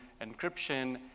encryption